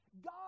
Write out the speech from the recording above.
god